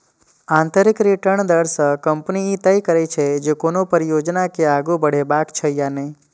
आंतरिक रिटर्न दर सं कंपनी ई तय करै छै, जे कोनो परियोजना के आगू बढ़ेबाक छै या नहि